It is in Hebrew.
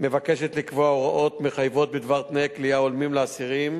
מבקשת לקבוע הוראות מחייבות בדבר תנאי כליאה הולמים לאסירים,